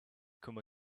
come